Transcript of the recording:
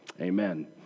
Amen